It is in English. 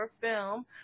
film